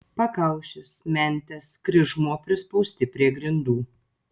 pakaušis mentės kryžmuo prispausti prie grindų